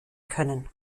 können